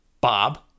bob